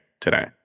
today